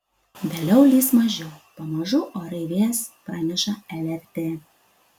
vėliau lis mažiau pamažu orai vės praneša lrt